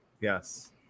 Yes